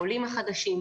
העולים החדשים,